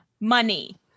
money